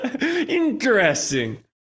Interesting